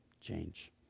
change